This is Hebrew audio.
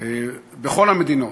בכל המדינות,